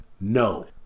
No